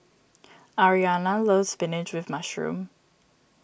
Aryana loves Spinach with Mushroom